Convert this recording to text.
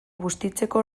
bustitzeko